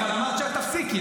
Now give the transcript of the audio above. אבל אמרת שתפסיקי,